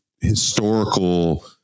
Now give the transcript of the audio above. historical